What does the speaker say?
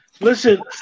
Listen